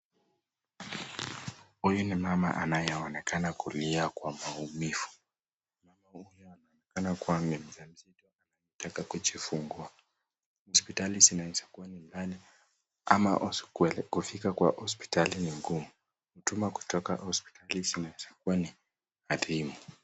Huyu ni mama anayeonekana kulia kwa maumivu. Anataka kujifungua. Hospitali zinaeza kuwa mbali ama ikuwe kufika kwa hospitali ni ngumu. Tuma kutoka nyumbani zinaezakuwa adhimu.